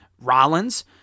Rollins